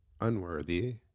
unworthy